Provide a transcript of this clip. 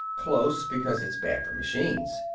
close, because it's bad for machines.